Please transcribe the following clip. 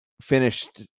finished